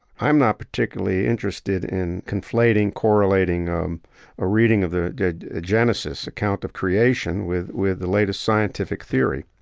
i'm not particularly interested in conflating, correlating um a reading of the genesis account of creation with with the latest scientific theory.